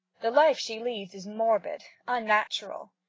the life she leads is morbid, unnatural.